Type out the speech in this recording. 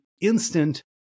instant